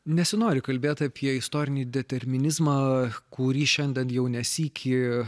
nesinori kalbėt apie istorinį determinizmą kurį šiandien jau ne sykį